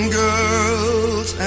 girls